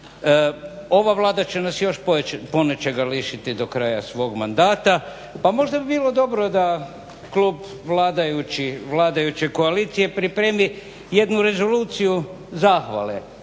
Ova Vlada će nas još ponečega lišiti do kraja svog mandata pa možda bi bilo dobro da klub vladajuće koalicije pripremu jednu rezoluciju zahvale